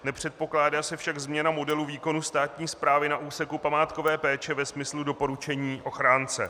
Nepředpokládá se však změna modelu výkonu státní správy na úseku památkové péče ve smyslu doporučení ochránce.